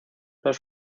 los